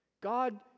God